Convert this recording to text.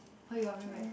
what you want bring back